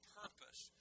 purpose